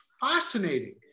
fascinating